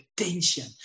attention